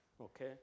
okay